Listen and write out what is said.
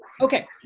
okay